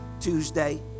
Tuesday